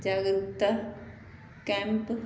ਜਾਗਰੂਕਤਾ ਕੈਂਪ